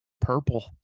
purple